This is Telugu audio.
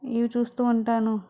ఇవి చూస్తూ ఉంటాను